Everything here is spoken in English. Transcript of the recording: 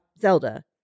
Zelda